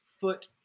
foot